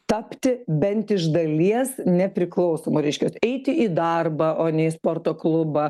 tapti bent iš dalies nepriklausomu reiškias eiti į darbą o ne į sporto klubą